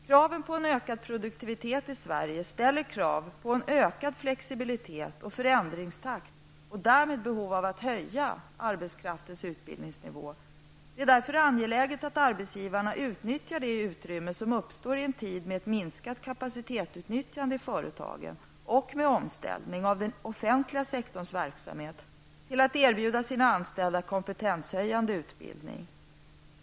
Kraven på en ökad produktivitet i Sverige ställer krav på en ökad flexibilitet och förändringstakt och därmed behov av att höja arbetskraftens utbildningsnivå. Det är därför angeläget att arbetsgivarna utnyttjar det utrymme som uppstår i en tid med ett minskat kapacitetsutnyttjande i företagen och med omställning av den offentliga sektorns verksamhet till att erbjuda sina anställda kompetenshöjande utbildning.